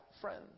friends